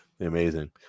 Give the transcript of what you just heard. amazing